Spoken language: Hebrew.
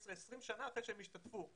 15 ו-20 שנים אחרי שהם השתתפו בתוכנית.